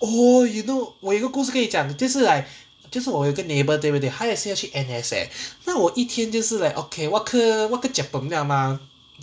oh you know 我有一个故事跟你讲就是 like 就是我有一个 neighbor 对不对他也是要去 N_S eh 那我一天就是 like okay